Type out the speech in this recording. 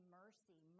mercy